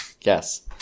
Yes